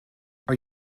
are